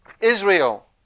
Israel